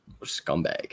Scumbag